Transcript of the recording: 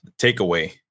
takeaway